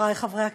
חברי חברי הכנסת,